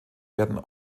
werden